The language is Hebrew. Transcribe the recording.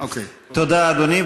תודה, אדוני.